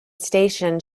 station